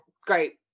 great